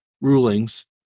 rulings